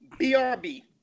BRB